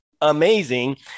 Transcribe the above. amazing